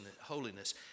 holiness